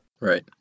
Right